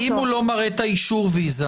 אם הוא לא מראה את האישור ויזה,